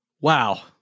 wow